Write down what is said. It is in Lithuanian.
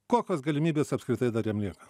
kokios galimybės apskritai dar jam lieka